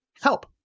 help